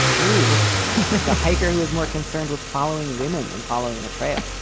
who is a hiker who is more concerned with following women than following the trail.